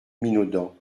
minaudant